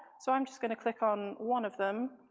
so i'm just going to click on one of them